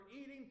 eating